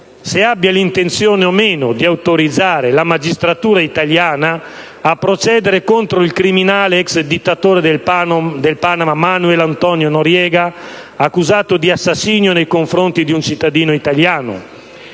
se abbia l'intenzione o meno di autorizzare la magistratura italiana a procedere contro il criminale, ex dittatore del Panama, Manuel Antonio Noriega, accusato di assassinio nei confronti di un cittadino italiano.